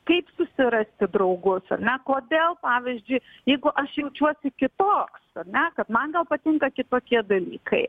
kaip susirasti draugus ar ne kodėl pavyzdžiui jeigu aš jaučiuosi kitoks ar ne kad man gal patinka kitokie dalykai